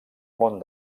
món